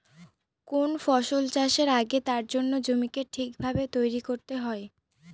কোন ফসল চাষের আগে তার জন্য জমিকে ঠিক ভাবে তৈরী করতে হয়